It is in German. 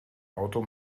auto